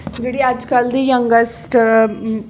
जेह्ड़ी अजकल दी यंगस्ट